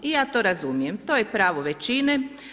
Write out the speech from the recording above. I ja to razumijem, to je pravo većine.